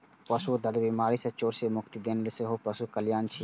पशु कें दर्द, बीमारी या चोट सं मुक्ति दियेनाइ सेहो पशु कल्याण छियै